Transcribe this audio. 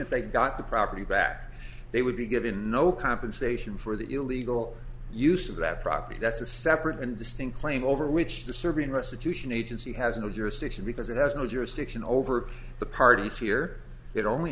if they got the property back they would be given no compensation for the illegal use of that property that's a separate and distinct claim over which the serbian restitution agency has no jurisdiction because it has no jurisdiction over the parties here it only